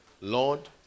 Lord